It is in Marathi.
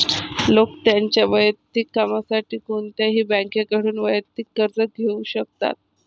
लोक त्यांच्या वैयक्तिक कामासाठी कोणत्याही बँकेकडून वैयक्तिक कर्ज घेऊ शकतात